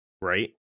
right